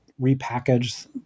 repackage